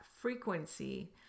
frequency